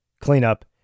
cleanup